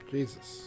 Jesus